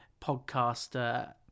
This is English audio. podcaster